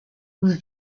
whose